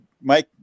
Mike